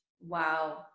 Wow